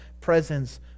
presence